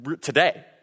today